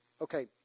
Okay